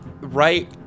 right